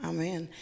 Amen